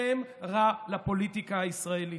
שם רע לפוליטיקה הישראלית.